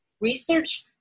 research